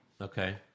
Okay